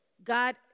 God